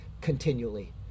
continually